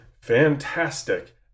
fantastic